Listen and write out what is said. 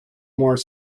more